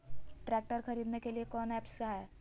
Tractor खरीदने के लिए कौन ऐप्स हाय?